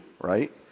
right